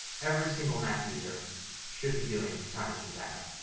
every single mac user should be doing a time machine backup.